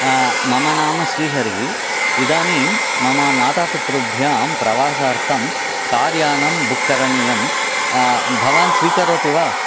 मम नाम श्रीहरिः इदानीं मम मातापितृभ्यां प्रवासार्थं कार्यानं बुक् करणीयं भवान् स्वीकरोति वा